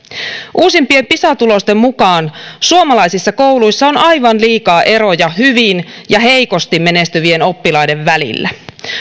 uusimpien pisa tulosten mukaan suomalaisissa kouluissa on aivan liikaa eroja hyvien ja heikosti menestyvien oppilaiden välillä